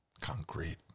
concrete